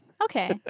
Okay